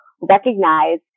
recognize